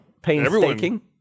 painstaking